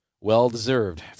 well-deserved